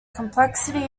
complexity